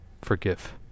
forgive